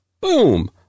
boom